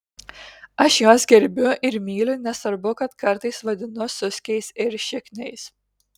aš juos gerbiu ir myliu nesvarbu kad kartais vadinu suskiais ir šikniais